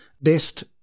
best